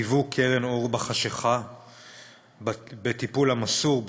היוו קרן אור בחשכה בטיפול המסור,